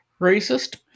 racist